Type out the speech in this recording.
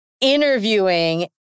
interviewing